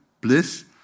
bliss